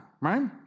right